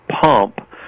pump